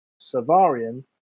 Savarian